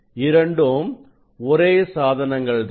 இரண்டும் ஒரே சாதனங்கள் தான்